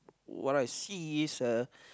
what I seeing is uh